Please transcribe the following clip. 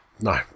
No